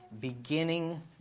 beginning